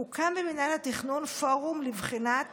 הוקם במינהל התכנון פורום לבחינת